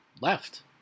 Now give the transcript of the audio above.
left